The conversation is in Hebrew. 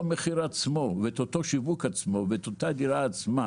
מחיר עצמו ואת אותו שיווק ואת אותה דירה עצמה